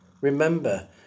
remember